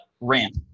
Ramp